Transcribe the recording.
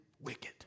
wicked